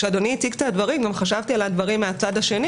כשאדוני הציג את הדברים גם חשבתי על הדברים מהצד השני,